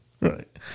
Right